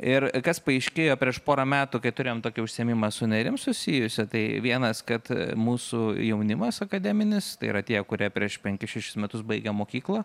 ir kas paaiškėjo prieš porą metų kai turėjom tokį užsiėmimą su nėrim susijusį tai vienas kad mūsų jaunimas akademinis tai yra tie kurie prieš penkis šešis metus baigė mokyklą